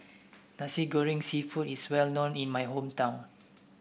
Nasi Goreng seafood is well known in my hometown